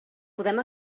podem